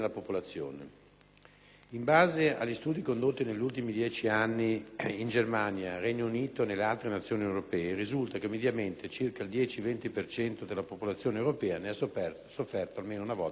in base agli studi condotti negli ultimi dieci anni in Germania, nel Regno Unito e in altre nazioni europee, risulta che mediamente circa il 10-20 per cento della popolazione europea ne ha sofferto almeno una volta nella vita.